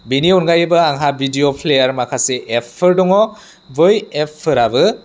बिनि अनगायैबो आंहा भिडिय' प्लेयार माखासे एपफोर दङ बै एपफोराबो